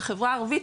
בחברה הערבית,